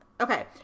Okay